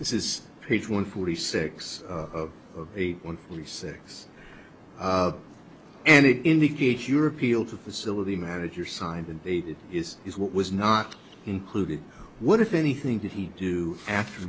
this is page one forty six of eight one three six and it indicates your appeal to facility manager signed and dated is is what was not included what if anything did he do after